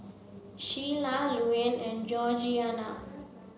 Shiela Luanne and Georgiana